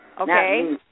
Okay